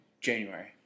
January